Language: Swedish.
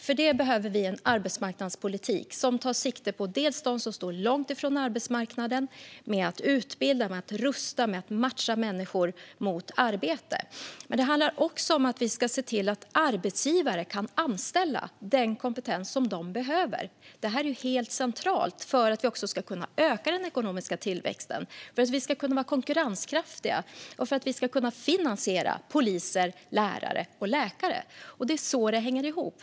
För det behöver vi en arbetsmarknadspolitik som tar sikte på bland annat dem som står långt från arbetsmarknaden genom att utbilda, rusta och matcha dem mot arbete. Det handlar också om att se till att arbetsgivare kan anställa den kompetens som de behöver. Det är helt centralt för att vi ska kunna öka den ekonomiska tillväxten, vara konkurrenskraftiga och finansiera poliser, lärare och läkare. Det är så det hänger ihop.